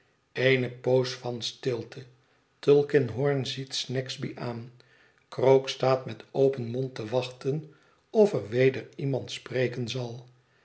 eene poos van stilte tulkinghorn ziet snagsby aan krook staat met open mond te wachten of er weder iemand spreken zal